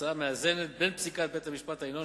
ההצעה מאזנת בין פסיקת בית-המשפט העליון,